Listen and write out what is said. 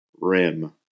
rim